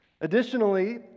Additionally